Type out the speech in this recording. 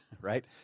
right